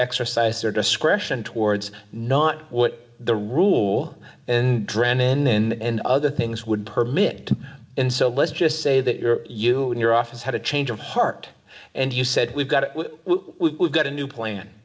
exercise their discretion towards not what the rule and dread in other things would permit and so let's just say that your you in your office had a change of heart and you said we've got it we've got a new